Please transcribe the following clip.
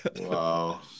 wow